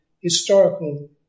historical